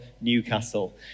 Newcastle